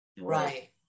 Right